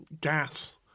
gas